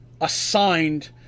Assigned